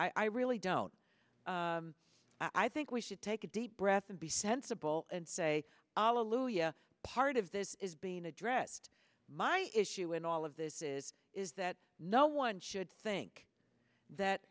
here i really don't i think we should take a deep breath and be sensible and say allah lujah part of this is being addressed my issue in all of this is is that no one should think that